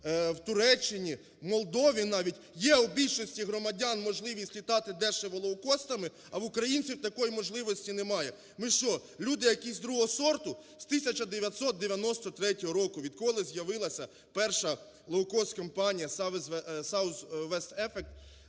в Туреччині, в Молдові навіть є у більшості громадян можливість літати дешево Low сost, а в українців такої можливості немає. Ми що, люди якісь другого сорту? З 1993 року, відколи з'явилася перша лоукост-компанія Southwest Effect,